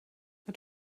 het